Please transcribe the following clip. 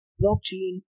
blockchain